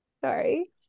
sorry